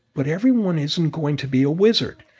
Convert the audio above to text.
but everyone isn't going to be a wizard.